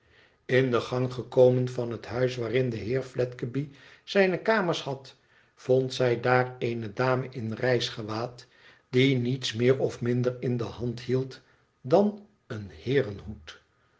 in de gang gekomen van het huis waarin de heer fledgeby zijne kamers had vond zij daar eene dame in reisgewaad die niets meer of minder in le hand hield dan een heerenhoed